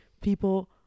people